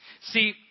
See